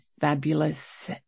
fabulous